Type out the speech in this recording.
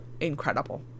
incredible